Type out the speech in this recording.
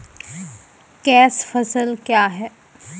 Cash फसल क्या हैं?